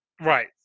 Right